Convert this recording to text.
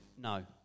No